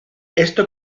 esto